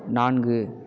நான்கு